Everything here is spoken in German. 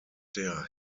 der